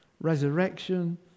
resurrection